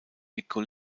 école